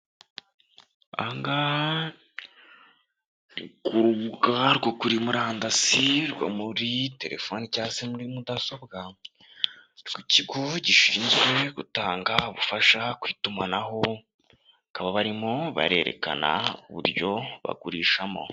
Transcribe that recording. Aha ngaha ni ku rubuga rwo kuri murandasi muri telefone cyangwa se muri mudasobwa, ku kigo gishinzwe gutanga ubufasha ku itumanaho bakaba barimo barerekana uburyo bagurishamo.